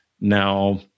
Now